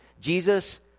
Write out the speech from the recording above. Jesus